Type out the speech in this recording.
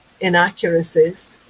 inaccuracies